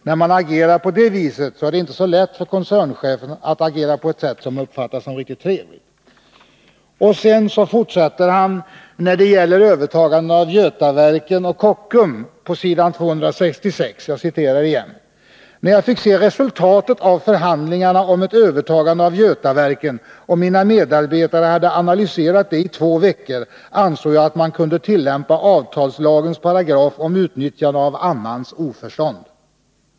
När man agerar på det viset är det inte så lätt för koncernchefen att agera på ett sätt som uppfattas som riktigt trevligt.” ”När jag fick se resultatet av förhandlingarna om ett övertagande av Götaverken och mina medarbetare hade analyserat det i två veckor ansåg jag att man kunde tillämpa avtalslagens paragraf om utnyttjande av annans oförstånd.